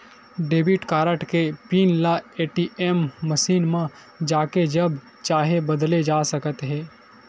debit card के PIN ल ATM machine म जाके जब चाहे बदले जा सकत हे